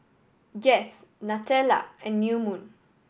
Guess Nutella and New Moon